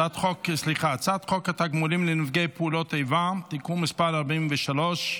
הצעת חוק התגמולים לנפגעי פעולות איבה (תיקון מס' 43),